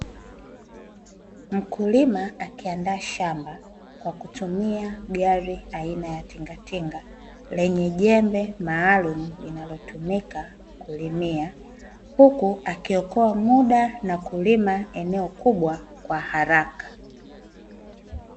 Mkulima akiandaa shamba kwa kutumia gari aina ya tIngatInga lenye jembe maalumu linalotumika kulimia, huku akiokoa muda na kulima eneo kubwa kwa haraka.